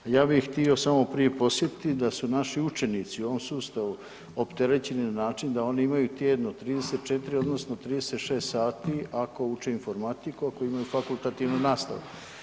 Ja bi samo htio prije podsjetit da su naši učenici u ovom sustavu opterećeni na način da oni imaju tjedno 34 odnosno 36 sati ako imaju informatiku i ako imaju fakultativnu nastavu.